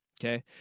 Okay